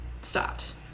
stopped